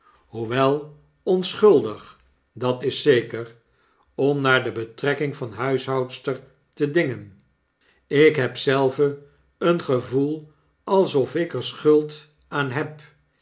dat is zeker om naar de betrekking van huishoudster te dingen ik heb zelve een gevoel alsof ik er schuld aan heb